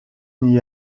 n’y